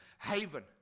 haven